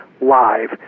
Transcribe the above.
live